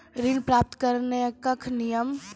ऋण प्राप्त करने कख नियम?